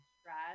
stress